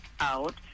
out